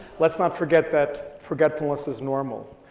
let's not forget that forgetfulness is normal.